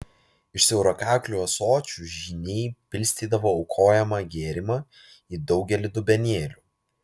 iš siaurakaklių ąsočių žyniai pilstydavo aukojamą gėrimą į daugelį dubenėlių